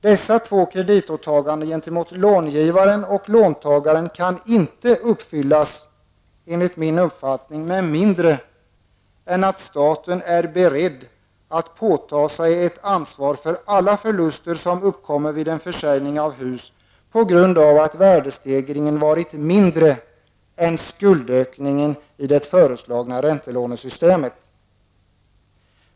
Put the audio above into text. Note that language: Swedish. Dessa två kreditåtaganden gentemot långivaren och låntagaren kan inte uppfyllas, enligt min uppfattning, med mindre än att staten är beredd att påta sig ett ansvar för alla förluster som uppkommer vid en försäljning av hus på grund av att värdestegringen varit mindre än skuldökningen i det föreslagna räntelånesystemet.